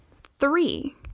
Three